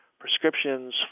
prescriptions